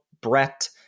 Brett